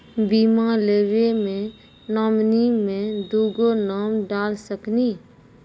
बीमा लेवे मे नॉमिनी मे दुगो नाम डाल सकनी?